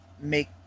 make